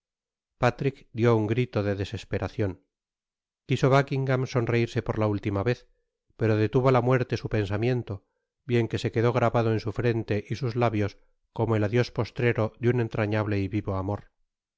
patrick dióun grito de desesperacion quiso buckingam sonreirse por la última vez pero detuvo la muerte su pensamiento bien que se quedó grabado en su frente y sus labios como el adios postrero de un entrañable y vivo amor